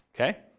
okay